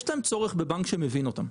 יש להם צורך בבנק שמבין אותם,